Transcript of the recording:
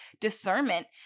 discernment